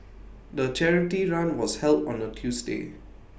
the charity run was held on A Tuesday